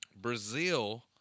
Brazil